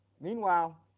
Meanwhile